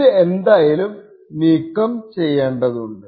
ഇത് എന്തായാലും നീക്കം ചെയ്യേണ്ടതുണ്ട്